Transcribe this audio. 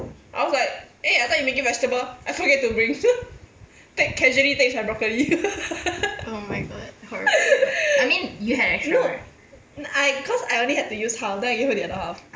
I was like eh I thought you making vegetable I forget to bring take casually takes my broccoli no I cause I only had to use half then I gave her the other half